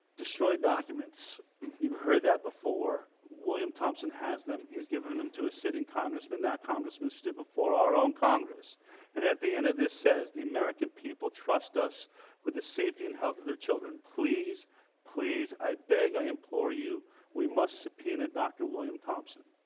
destroyed documents you've heard that before william thompson has them he's giving them to a sit-in congressman that congressman stood before our own congress and at the end of this says the american people trust us with the safety and health of their children please please i beg i implore you we must subpoena dr. william thompson